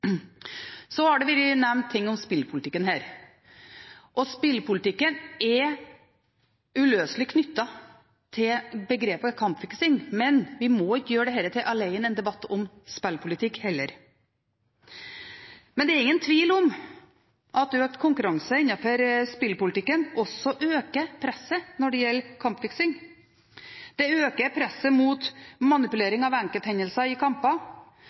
Så har det vært nevnt ting om spillpolitikken. Spillpolitikken er uløselig knyttet til begrepet «kampfiksing», men vi må ikke gjøre dette til en debatt om spillpolitikk alene heller. Men det er ingen tvil om at en spillpolitikk med økt konkurranse også øker presset når det gjelder kampfiksing. Det øker presset mot manipulering av enkelthendelser i